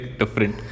different